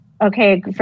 Okay